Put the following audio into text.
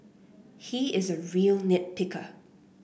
he is a real nit picker